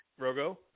Rogo